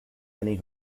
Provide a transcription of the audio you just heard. many